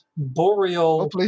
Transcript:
Boreal